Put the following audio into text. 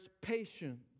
patience